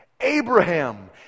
Abraham